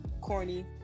corny